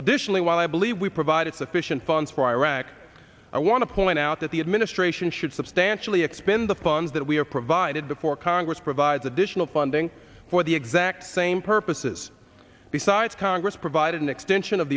additionally while i believe we provided sufficient funds for iraq i want to point out that the administration should such dan actually expend the funds that we are provided before congress provides additional funding for the exact same purposes besides congress provided an extension of